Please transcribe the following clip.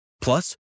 Plus